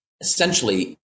essentially